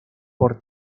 por